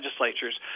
legislatures